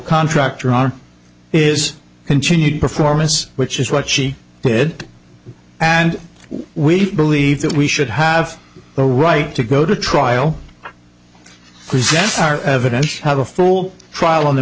contract or are is continued performance which is what she did and we believe that we should have the right to go to trial present our evidence have a full trial on the